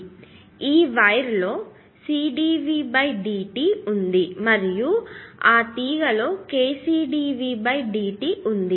ఈ వైర్ లో CdVdt ఉంది మరియు ఆ తీగ లో KCdVdt ఉంది